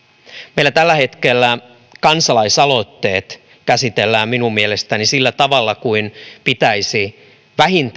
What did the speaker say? meillä tällä hetkellä kansalaisaloitteet käsitellään minun mielestäni sillä tavalla kuin vähintään pitäisi nämä yli